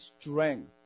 strength